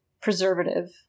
preservative